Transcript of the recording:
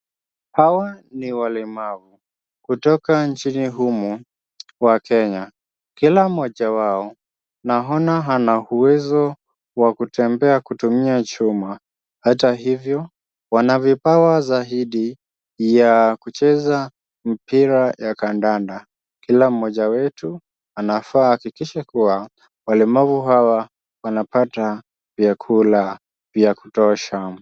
Hawa ni walemavu kutoka nchini humu mwa Kenya. Kila mmoja wao naona ana uwezo wa kutembea kutumia chuma. Hata hivyo, wana vipawa zaidi ya kucheza mpira ya kandanda. Kila mmoja wetu anafaa ahakikishe kuwa walemavu hawa wanapata vyakula vya kutosha.